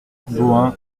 bohain